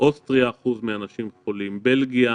1% אנשים חולים מאוסטריה, בלגיה